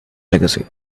legacy